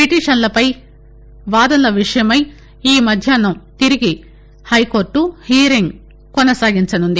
పిటిషన్లపై వాదనల విషయమై ఈ మధ్యాహ్నం తిరిగి హైకోర్టు హియరింగ్ కొనసాగించనుంది